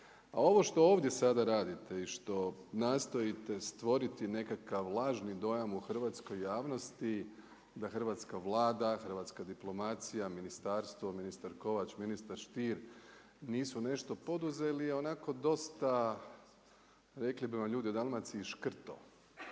A ovo što ovdje sada radite i što nastojite stvoriti nekakav lažni dojam u hrvatskoj javnosti da hrvatska Vlada, hrvatska diplomacija, ministarstvo, ministar Kovač, ministar Stier nisu nešto poduzeli je onako dosta rekli bi vam ljudi u Dalmaciji škrto,